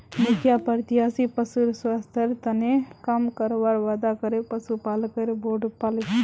मुखिया प्रत्याशी पशुर स्वास्थ्येर तने काम करवार वादा करे पशुपालकेर वोट पाले